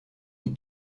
die